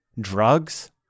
drugs